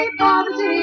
poverty